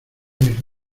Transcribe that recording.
mis